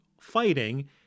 fighting